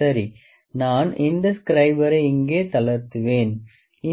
சரி நான் இந்த ஸ்க்ரைபரை இங்கே தளர்த்துவேன்